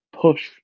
push